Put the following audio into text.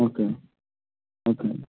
okay అండి okay అండి